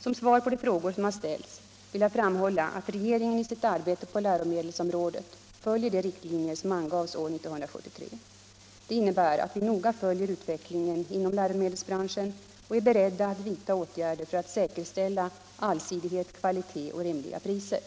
Som svar på de frågor som har ställts vill jag framhålla att regeringen i sitt arbete på läromedelsområdet följer de riktlinjer som angavs år 1973. Det innebär att vi noga följer utvecklingen inom läromedelsbranschen och är beredda att vidta åtgärder för att säkerställa allsidighet, kvalitet och rimliga priser.